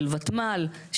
של ותמ"ל,